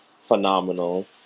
phenomenal